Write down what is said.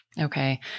Okay